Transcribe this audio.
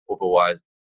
Otherwise